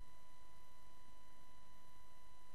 500,000